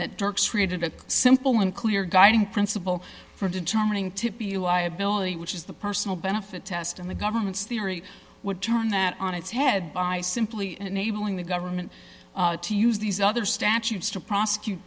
that dirk's created a simple and clear guiding principle for determining to be liability which is the personal benefit test and the government's theory would turn that on its head by simply enabling the government to use these there are statutes to prosecute